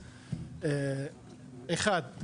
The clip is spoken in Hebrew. אחד,